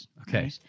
okay